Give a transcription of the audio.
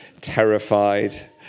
terrified